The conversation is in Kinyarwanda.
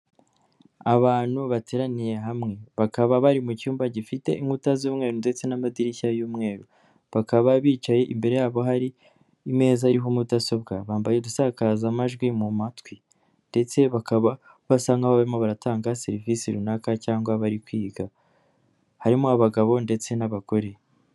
Abantu bateraniye hamwe bakaba bari mu cyumba gifite inkuta z'umweru ndetse n'amadirishya y'umweru, bakaba bicaye imbere yabo harimeza ariho mudasobwa bambaye udusakazamajwi mu matwi ndetse bakaba basa nk'abarimo baratanga serivisi runaka cyangwa bari kwiga, harimo abagabo ndetse n'abagore.